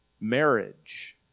marriage